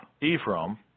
Ephraim